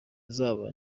zaba